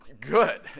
good